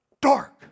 dark